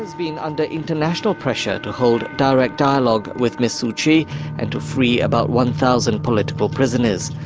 has been under international pressure to hold direct dialogue with miss suu kyi and to free about one thousand political prisoners.